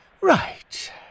right